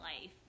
life